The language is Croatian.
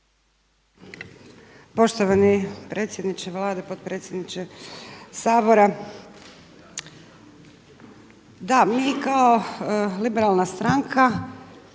Poštovani predsjedniče Vlade, potpredsjedniče Sabora. Da mi kao Liberalna stranka